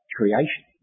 creation